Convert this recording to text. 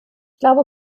glaube